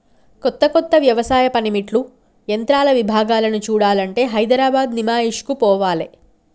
కొత్త కొత్త వ్యవసాయ పనిముట్లు యంత్రాల విభాగాలను చూడాలంటే హైదరాబాద్ నిమాయిష్ కు పోవాలే